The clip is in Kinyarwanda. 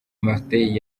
martin